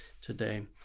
today